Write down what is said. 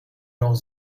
noch